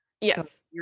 Yes